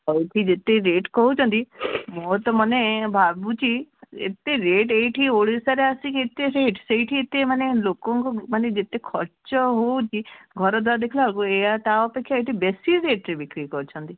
ଆଉ ଏଠି ଯେତେ ରେଟ୍ କହୁଛନ୍ତି ମୋ ତ ମାନେ ଭାବୁଛି ଏତେ ରେଟ୍ ଏଇଠି ଓଡ଼ିଶାରେ ଆସିକି ଏତେ ରେଟ୍ ସେଇଠି ଏତେ ମାନେ ଲୋକଙ୍କୁ ମାନେ ଯେତେ ଖର୍ଚ୍ଚ ହଉଛି ଘରଦ୍ୱାରା ଦେଖିଲାବେଳକୁ ଏ ତା ଅପେକ୍ଷା ଏଇଠି ବେଶୀ ରେଟରେ ବିକ୍ରି କରୁଛନ୍ତି